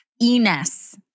Ines